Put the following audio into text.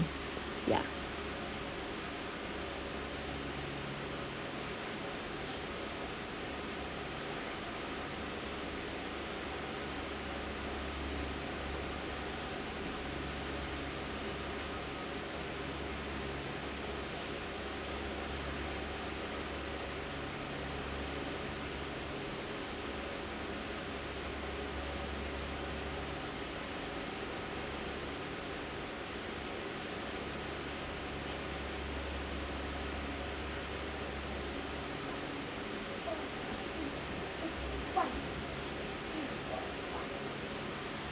ya